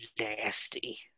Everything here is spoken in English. nasty